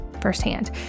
firsthand